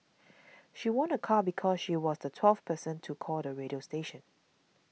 she won a car because she was the twelfth person to call the radio station